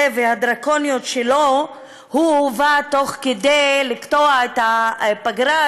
והדרקוניות שלו הוא הובא כדי לקטוע את הפגרה,